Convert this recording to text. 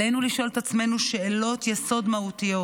עלינו לשאול את עצמנו שאלות יסוד מהותיות.